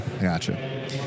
Gotcha